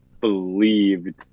believed